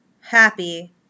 happy